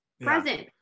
present